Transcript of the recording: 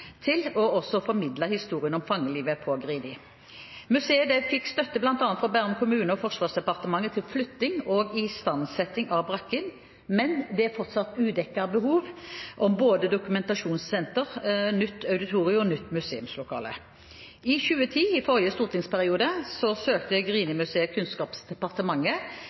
til å formidle historien om fangelivet på Grini. Museet fikk støtte bl.a. fra Bærum kommune og Forsvarsdepartementet til flytting og istandsetting av brakken, men det er fortsatt udekte behov når det gjelder både dokumentasjonssenter, nytt auditorium og nytt museumslokale. I 2010, i forrige stortingsperiode, søkte Grini-museet Kunnskapsdepartementet.